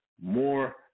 more